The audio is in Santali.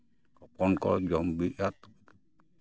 ᱦᱚᱯᱚᱱ ᱠᱚ ᱡᱚᱢ ᱵᱤᱜᱼᱟ